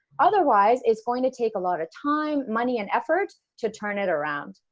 otherwise it's going to take a lot of time money and effort to turn it around.